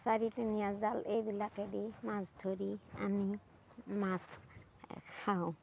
চাৰিটনিয়া জাল এইবিলাকে দি মাছ ধৰি আমি মাছ খাওঁ